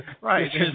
Right